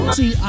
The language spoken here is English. see